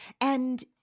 And-